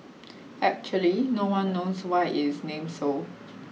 actually no one knows why it is named so